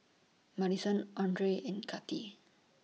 Maddison Andrae and Kati